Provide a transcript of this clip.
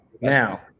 now